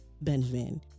Benjamin